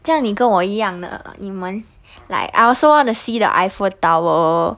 这样你跟我一样呢你们 like I also want to see the eiffel tower